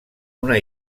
una